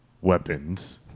Weapons